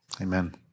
Amen